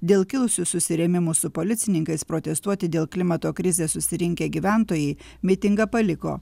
dėl kilusių susirėmimų su policininkais protestuoti dėl klimato krizės susirinkę gyventojai mitingą paliko